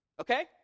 Okay